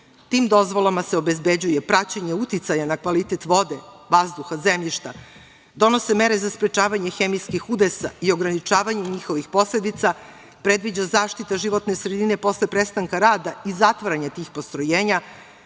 tim dozvolama se obezbeđuje praćenje uticaja na kvalitet vode, vazduha, zemljišta, donose mere za sprečavanje hemijskih udesa i ograničavanje njihovih posledica, predviđa zaštita životne sredine posle prestanka rada i zatvaranje tih postrojenja,